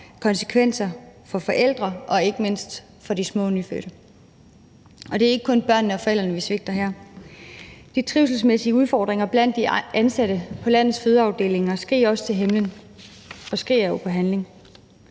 konsekvenser for forældre og ikke mindst for de små nyfødte. Og det er ikke kun børnene og forældrene, vi svigter her. De trivselsmæssige udfordringer blandt de ansatte på landets fødeafdelinger skriger også til himlen og skriger på handling.